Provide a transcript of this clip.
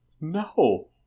No